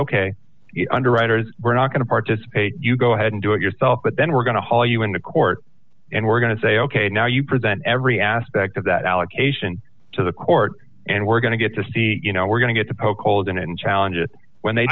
ok underwriters we're not going to participate you go ahead and do it yourself but then we're going to haul you into court and we're going to say ok now you present every aspect of that allocation to the court and we're going to get to see it you know we're going to get to poke holes in it and challenge it when they